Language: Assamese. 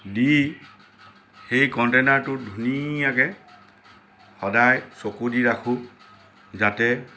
দি সেই কণ্টেইনাৰটো ধুনীয়াকৈ সদাই চকু দি ৰাখো যাতে